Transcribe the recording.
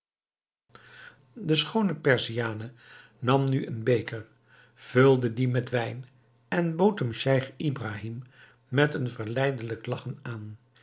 de schoone perziane nam nu een beker vulde dien met wijn en bood hem scheich ibrahim met een verleidelijk lagchen aan